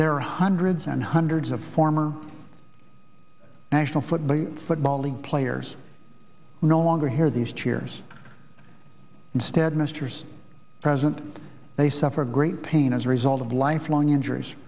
there are hundreds and hundreds of former national football football league players no longer here these chairs instead mr president they suffer great pain as a result of lifelong injuries